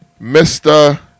Mr